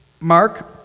mark